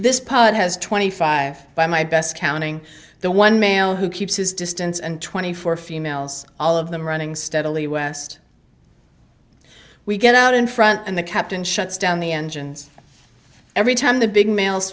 this pod has twenty five by my best counting the one male who keeps his distance and twenty four females all of them running steadily west we get out in front and the captain shuts down the engines every time the big males